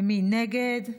מי נגד?